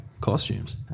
costumes